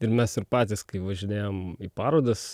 ir mes ir patys kai važinėjom į parodas